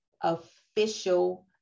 official